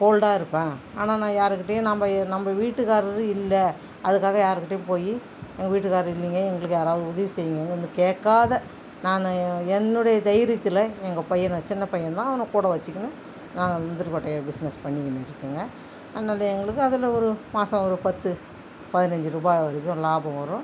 போல்டாருப்பேன் ஆனால் நான் யாருகிட்டயும் நம்ப நம்ப வீட்டுக்காரரு இல்லை அதுக்காக யாருகிட்டயும் போய் எங்கள் வீட்டுக்காரரு இல்லிங்க எங்களுக்கு யாராவது உதவி செய்யிங்கன்னு கேட்காத நான் என்னுடைய தைரியத்தில் எங்கள் பையனை சின்ன பையன்தான் அவனை கூட வச்சிக்கினு நாங்கள் முந்திரி கொட்டைய பிஸ்னஸ் பண்ணிகினு இருக்கேங்க அதனால எங்களுக்கு அதில் ஒரு மாதம் ஒரு பத்து பதினஞ்சு ரூபாய் வரைக்கு லாபம் வரும்